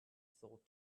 thought